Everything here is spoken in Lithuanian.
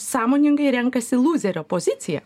sąmoningai renkasi lūzerio poziciją